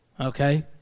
Okay